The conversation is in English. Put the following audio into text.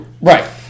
right